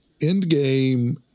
Endgame